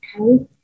Okay